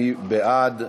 מי בעד?